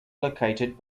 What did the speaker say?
located